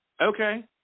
Okay